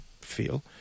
feel